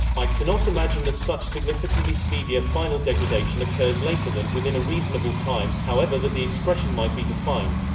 ah cannot imagine that such significantly speedier final degradation occurs later than within a reasonable time, however that the expression might be defined.